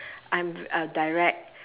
I'm uh direct